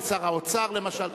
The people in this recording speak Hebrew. עם שר האוצר למשל.